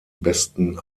besten